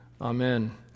Amen